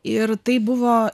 ir tai buvo